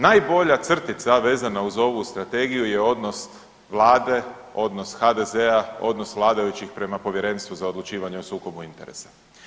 Najbolja crtica vezana uz ovu strategiju je odnos vlade odnosno HDZ-a odnos vladajućih prema Povjerenstvu za odlučivanje o sukobu interesa.